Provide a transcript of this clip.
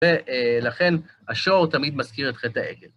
ולכן השור תמיד מזכיר את חטא העגל.